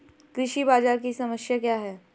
कृषि बाजार की समस्या क्या है?